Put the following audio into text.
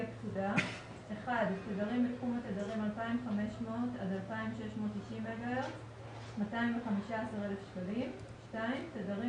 הפקודה - תדרים בחום התדרים 2,500 עד 2,690 מגה-הרץ- 215,000 תדרים